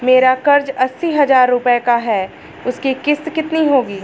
मेरा कर्ज अस्सी हज़ार रुपये का है उसकी किश्त कितनी होगी?